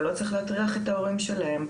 ולא צריך להטריח את ההורים שלהם.